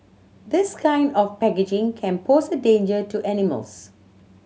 this kind of packaging can pose a danger to animals